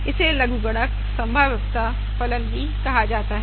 इसे लघुगणक संभाव्यता फलन भी कहा जाता है